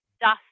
dust